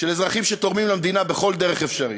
של אזרחים שתורמים למדינה בכל דרך אפשרית,